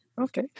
Okay